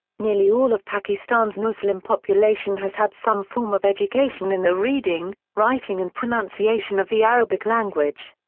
nearly all of pakistan's muslim population has had some form of education in the reading, writing and pronunciation of the arabic language.